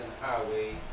highways